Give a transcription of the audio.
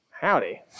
Howdy